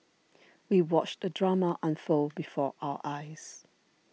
we watched the drama unfold before our eyes